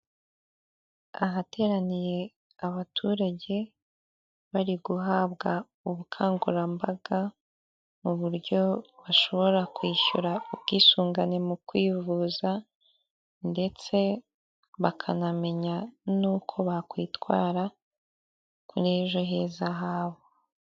Ahateraniye abaturage bari guhabwa ubukangurambaga mu buryo bashobora kwishyura ubwisungane mu kwivuza ndetse bakanamenya n'uko bakwitwara muri ejo heza habu.